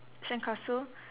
sandcastle